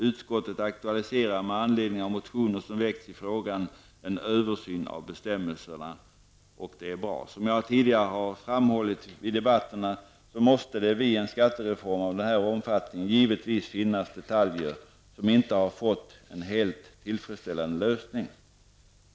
Utskottet aktualiserar med anledning av motioner som väckts i frågan en översyn av bestämmelserna, och det är bra. Som jag tidigare framhållit vid debatterna måste det vid en skattereform av den här omfattningen givetvis finnas detaljer som fått en inte helt tillfredsställande lösning.